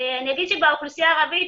אני אגיד שבאוכלוסייה הערבית,